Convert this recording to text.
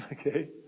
okay